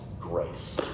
grace